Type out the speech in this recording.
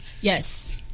yes